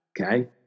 okay